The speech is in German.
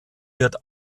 wird